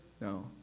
No